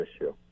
issue